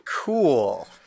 Cool